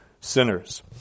sinners